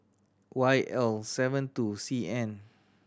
Y L seven two C N